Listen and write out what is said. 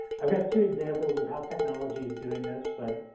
i've got two examples of how technology is doing this, but